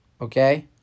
Okay